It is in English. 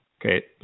Okay